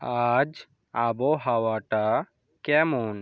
আজ আবহাওয়াটা কেমন